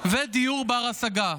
ודיור בר-השגה.